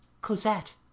Cosette